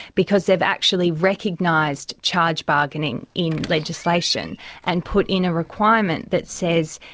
because they've actually recognised charge bargaining in legislation and put in a requirement that says,